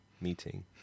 meeting